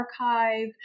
archive